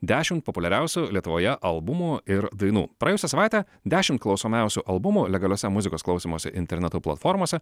dešimt populiariausių lietuvoje albumų ir dainų praėjusią savaitę dešimt klausomiausių albumų legaliose muzikos klausymosi internetu platformose